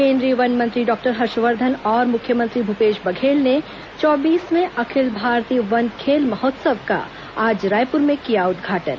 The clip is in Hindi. केंद्रीय वन मंत्री डॉक्टर हर्षवर्धन और मुख्यमंत्री भूपेश बघेल ने चौबीसवीं अखिल भारतीय वन खेल महोत्सव का आज रायपुर में किया उद्घाटन